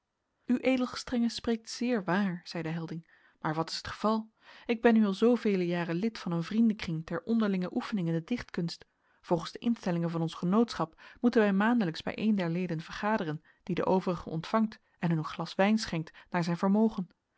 ued gestr spreekt zeer waar zeide helding maar wat is het geval ik ben nu al zoovele jaren lid van een vriendenkring ter onderlinge oefening in de dichtkunst volgens de instellingen van ons genootschap moeten wij maandelijks bij een der leden vergaderen die de overigen ontvangt en hun een glas wijn schenkt naar zijn vermogen